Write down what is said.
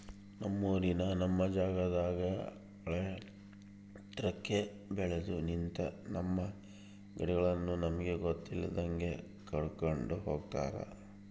ನಮ್ಮೂರಿನ ನಮ್ ಜಾಗದಾಗ ಆಳೆತ್ರಕ್ಕೆ ಬೆಲ್ದು ನಿಂತ, ನಮ್ಮ ಗಿಡಗಳನ್ನು ನಮಗೆ ಗೊತ್ತಿಲ್ದಂಗೆ ಕಡ್ಕೊಂಡ್ ಹೋಗ್ಯಾರ